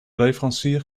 leverancier